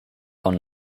con